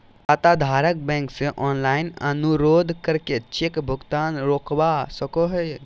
खाताधारक बैंक से ऑनलाइन अनुरोध करके चेक भुगतान रोकवा सको हय